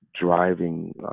driving